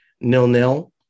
nil-nil